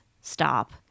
stop